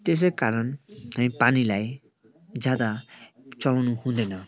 त्यसै कारण नै पानीलाई ज्यादा चलाउन हुँदैन